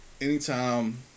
Anytime